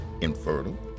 infertile